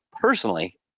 personally